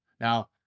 Now